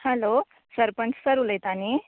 हालो sarpanch sir उलयता न्ही